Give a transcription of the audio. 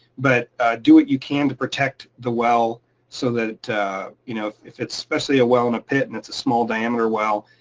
but do what you can to protect the well so that you know if it's. especially a well in a pit and it's a small diameter well,